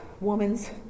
woman's